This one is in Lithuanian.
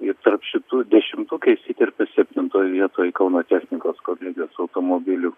ir tarp šitų dešimtuko įsiterpė septintoj vietoj kauno technikos kolegijos automobilių